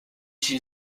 she